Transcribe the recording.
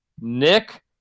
Nick